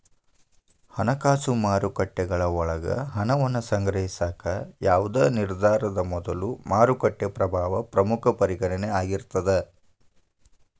ಹಣಕಾಸು ಮಾರುಕಟ್ಟೆಗಳ ಒಳಗ ಹಣವನ್ನ ಸಂಗ್ರಹಿಸಾಕ ಯಾವ್ದ್ ನಿರ್ಧಾರದ ಮೊದಲು ಮಾರುಕಟ್ಟೆ ಪ್ರಭಾವ ಪ್ರಮುಖ ಪರಿಗಣನೆ ಆಗಿರ್ತದ